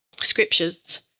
scriptures